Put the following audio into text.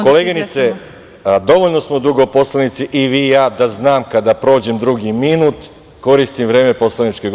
Koleginice, dovoljno smo dugo poslanici i vi i ja, da znam da kada prođe drugi minut, koristim vreme poslaničke grupe.